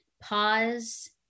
pause